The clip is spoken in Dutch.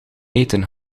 eten